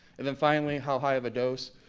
and then finally, how high of a dose.